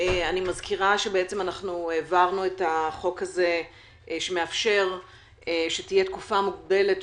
אני מזכירה שהעברנו את החוק שמאפשר שתהיה תקופה מוגבלת,